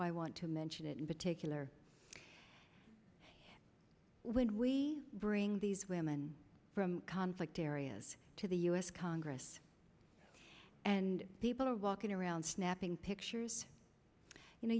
why i want to mention it in particular when we bring these women from i liked areas to the u s congress and people are walking around snapping pictures you know